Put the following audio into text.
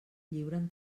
lliuren